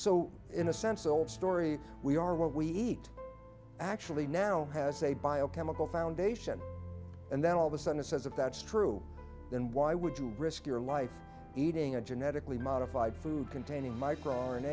so in a sense the old story we are what we eat actually now has a biochemical foundation and then all of a sudden says if that's true then why would you risk your life eating a genetically modified food containing micro r